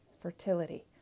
fertility